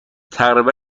تقریبا